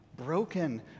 Broken